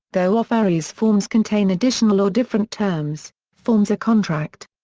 though offeree's forms contain additional or different terms, forms a contract.